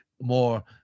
more